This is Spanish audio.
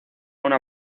una